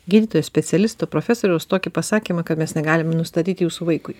gydytojo specialisto profesoriaus tokį pasakymą kad mes negalim nustatyti jūsų vaikui